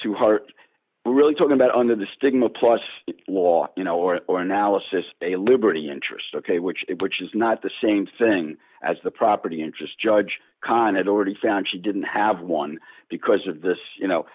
to heart really talking about under the stigma plus law you know or or analysis a liberty interest ok which it which is not the same thing as the property interest judge khan had already found she didn't have one because of this you know